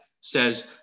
says